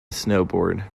snowboard